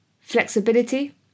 Flexibility